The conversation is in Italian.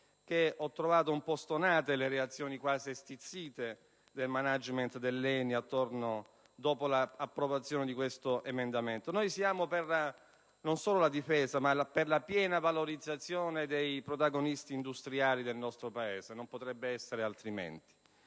ho trovato un po' stonate le reazioni quasi stizzite del *management* dell'ENI dopo l'approvazione dell'emendamento in materia. Noi siamo non solo per la difesa, ma per la piena valorizzazione dei protagonisti industriali del nostro Paese; non potrebbe essere altrimenti.